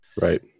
Right